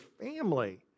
family